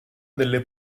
delle